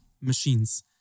machines